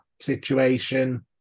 situation